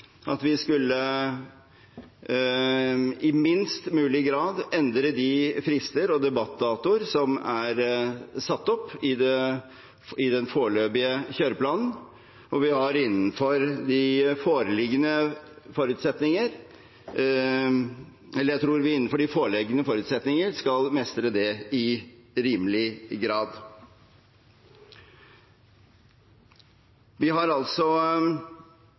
mulig grad skulle endre de frister og debattdatoer som er satt opp i den foreløpige kjøreplanen, og jeg tror vi innenfor de foreliggende forutsetninger skal mestre det i rimelig grad. Vi har